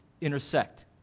intersect